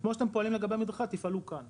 כמו שאתם פועלים לגבי מדרכה תפעלו כאן.